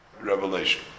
revelation